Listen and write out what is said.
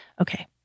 Okay